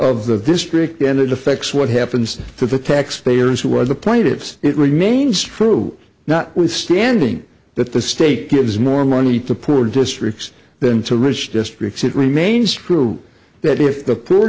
of the district and it affects what happens to the taxpayers who are the plaintiffs it remains true not withstanding that the state gives more money to poor districts them to rich districts it remains true that if the poor